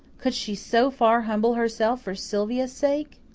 could she so far humble herself for sylvia's sake?